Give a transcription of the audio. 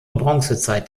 bronzezeit